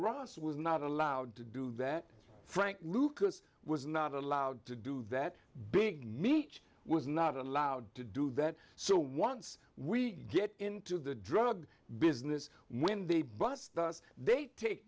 ross was not allowed to do that frank lucas was not allowed to do that big meat was not allowed to do that so once we get into the drug business when they bust us they ta